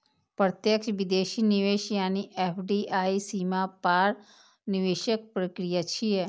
प्रत्यक्ष विदेशी निवेश यानी एफ.डी.आई सीमा पार निवेशक प्रक्रिया छियै